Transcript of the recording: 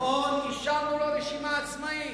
נכון, אישרנו לו רשימה עצמאית,